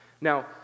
Now